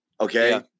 okay